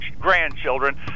grandchildren